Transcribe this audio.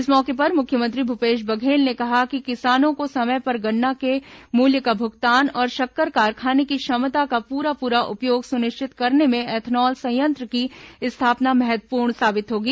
इस मौके पर मुख्यमंत्री भूपेश बघेल ने कहा कि किसानों को समय पर गन्ना के मूल्य का भुगतान और शक्कर कारखाने की क्षमता का पूरा पूरा उपयोग सुनिश्चित करने में एथेनॉल संयंत्र की स्थापना महत्वपूर्ण साबित होगी